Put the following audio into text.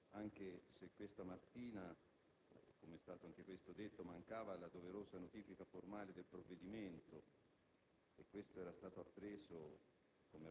La signora Lonardo Mastella, anche se questa mattina - come è stato ricordato - mancava la doverosa notifica formale del provvedimento,